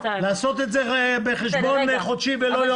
לעשות את זה בחשבון חודשי ולא יומי.